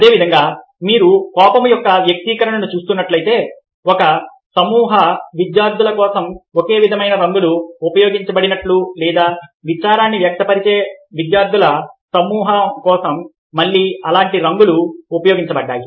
అదేవిధంగా మీరు కోపం యొక్క వ్యక్తీకరణను చూస్తున్నట్లయితే ఒక సమూహ విద్యార్థుల కోసం ఒకే విధమైన రంగులు ఉపయోగించబడినట్లు లేదా విచారాన్ని వ్యక్తపరిచే విద్యార్థుల సమూహం కోసం మళ్లీ అలాంటి రంగులు ఉపయోగించబడ్డాయి